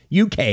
UK